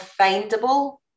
findable